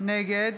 נגד